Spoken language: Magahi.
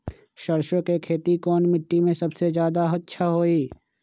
सरसो के खेती कौन मिट्टी मे अच्छा मे जादा अच्छा होइ?